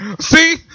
See